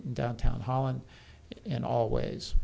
downtown holland and always